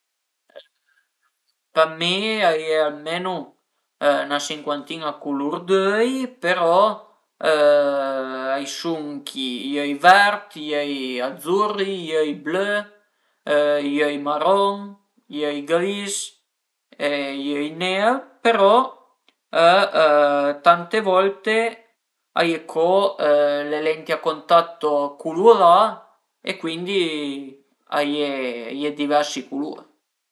Për mi a ie almenu 'na sincuantina dë culur d'öi però a i sun chi i öi vert, i öi azzurri, i öi blö, i öi maron, i öi gris e i öi ner, però tante volte a ie co le lenti a contatto culurà e cuindi a ie diversi culur